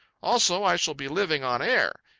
also, i shall be living on air.